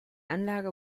anlage